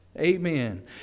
Amen